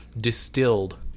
distilled